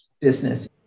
business